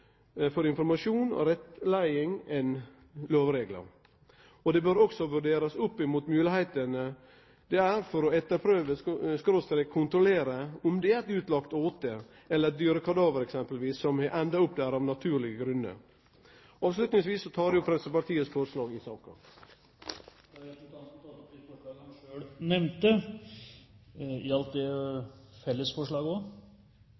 for informasjon og rettleiing enn lovreglar. Det bør også vurderast opp mot dei moglegheitene det er for å etterprøve/kontrollere om det eksempelvis er eit utlagd åte eller dyrekadaver som har enda opp der av naturlege grunner. Avslutningsvis tek eg opp Framstegspartiets forslag i saka. Da har representanten Oskar Jarle Grimstad tatt opp forslaget han refererte til. Rovviltpolitikk og handheving av den er